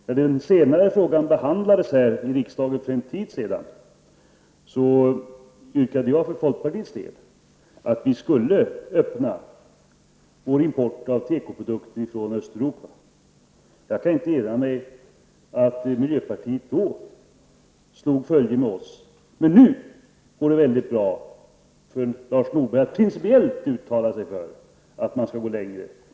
När den senare frågan för en tid sedan behandlades av riksdagen, yrkade jag för folkpartiets del att importen av tekoprodukter från Östeuropa skulle öppnas. Jag kan inte erinra mig att miljöpartiet då slog följe med oss, men nu går det väldigt bra för Lars Norberg att principiellt uttala sig för att man skall gå längre.